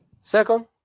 Second